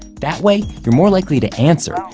that way, you're more likely to answer,